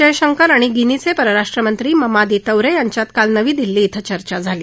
जयशंकर आणि गिनीचे परराष्ट्रमंत्री ममादी तौरे यांच्यामधे काल नवी दिल्ली िंग चर्चा झाली